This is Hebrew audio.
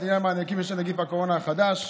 לעניין מענקים בשל נגיף הקורונה החדש,